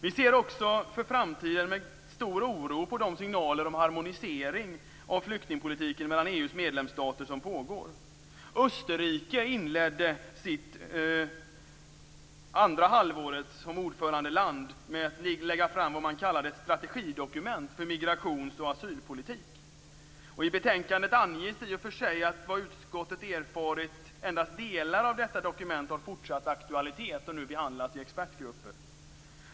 Vi ser också inför framtiden med stor oro på de signaler om harmonisering av flyktingpolitiken mellan EU:s medlemsstater som pågår. Österrike inledde sitt andra halvår som ordförandeland med att lägga fram vad som kallas för ett strategidokument för migrations och asylpolitik. I betänkandet anges i och för sig att enligt vad utskottet erfarit endast delar av detta dokument har fortsatt aktualitet och nu behandlas i expertgruppen.